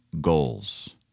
goals